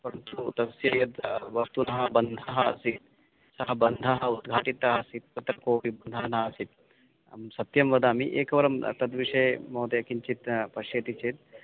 परन्तु तस्य यद् वस्तुनः बन्धः आसीत् सः बन्धः उद्घाटितः आसीत् तत्र कोपि बन्धः नासीत् अहं सत्यं वदामि एकवारं तद् विषये महोदय किञ्चित् पश्यति चेत्